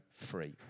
free